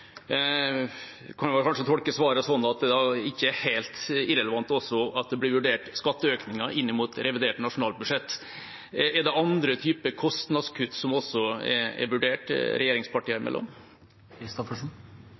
Jeg kan kanskje tolke svaret slik at det ikke er helt irrelevant at det også blir vurdert skatteøkninger inn mot revidert nasjonalbudsjett. Er det andre typer kostnadskutt som også er vurdert regjeringspartiene imellom? Igjen er vi på en måte langt inne i